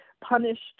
punished